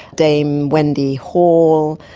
dame wendy hall,